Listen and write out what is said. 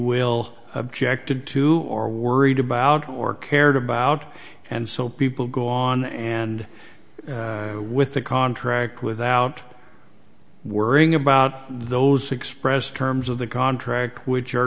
will objected to or worried about or cared about and so people go on and with the contract without worrying about those expressed terms of the contract which are